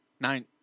Nine